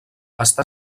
està